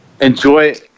enjoy